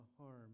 harm